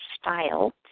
style